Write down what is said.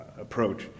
approach